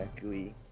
gooey